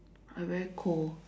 I very cold